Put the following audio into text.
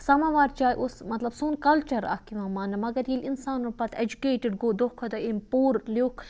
سَماوار چاے اوس مَطلَب سون کَلچَر اکھ یِوان ماننہٕ مَگَر ییٚلہِ اِنسان پَتہٕ ایٚجُکیٹِڈ گوٚو دۄہ کھۄتہٕ دۄہ أمۍ پوٚر لیوٚکھ